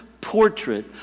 portrait